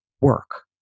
work